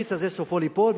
השפיץ הזה סופו ליפול.